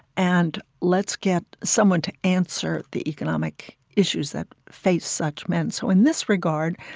and let's get someone to answer the economic issues that face such men. so in this regard,